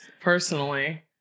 personally